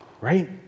right